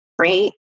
right